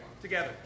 together